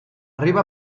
arriba